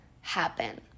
happen